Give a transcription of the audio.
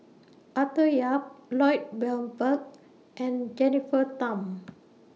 Arthur Yap Lloyd Valberg and Jennifer Tham